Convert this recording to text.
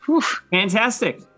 Fantastic